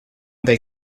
they